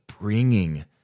bringing